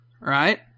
right